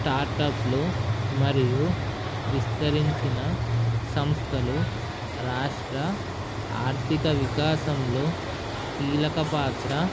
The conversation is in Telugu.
స్టార్టఅప్లు మరియు విస్తరించిన సంస్థలు రాష్ట్ర ఆర్థిక వికాశంలో కీలక పాత్ర